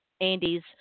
Andy's